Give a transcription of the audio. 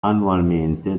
annualmente